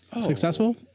Successful